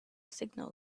signal